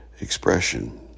expression